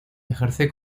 ejerce